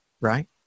right